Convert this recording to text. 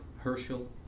Herschel